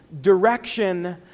Direction